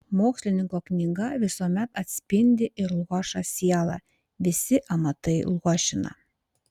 mokslininko knyga visuomet atspindi ir luošą sielą visi amatai luošina